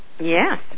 Yes